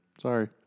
Sorry